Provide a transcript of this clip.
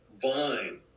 vine